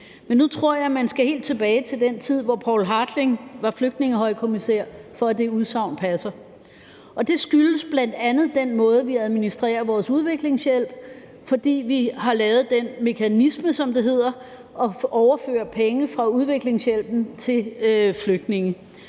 Men nu tror jeg, at man skal helt tilbage til den tid, hvor Poul Hartling var flygtningehøjkommissær, for at det udsagn passer, og det skyldes bl.a. den måde, vi administrerer vores udviklingshjælp på, fordi vi har lavet den mekanisme, som det hedder, at overføre penge fra udviklingshjælpen til flygtninge.